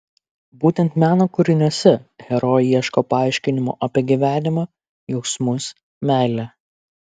būtent meno kūriniuose herojė ieško paaiškinimo apie gyvenimą jausmus meilę